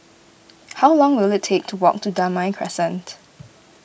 how long will it take to walk to Damai Crescent